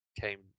came